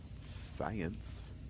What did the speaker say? science